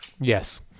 Yes